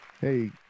hey